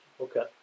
Okay